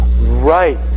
Right